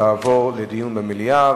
תעבור לדיון במליאה.